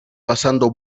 pasando